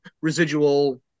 residual